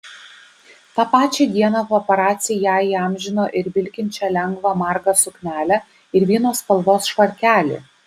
tą pačią dieną paparaciai ją įamžino ir vilkinčią lengvą margą suknelę ir vyno spalvos švarkelį